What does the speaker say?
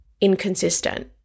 inconsistent